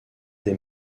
des